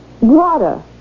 water